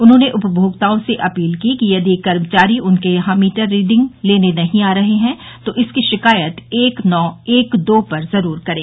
उन्होंने उपभोक्ताओं से अपील की कि यदि कर्मचारी उनके यहां मीटर रीडिंग लेने नहीं आ रहे हैं तो संबंधित की शिकायत एक नौ एक दो पर जरूर करें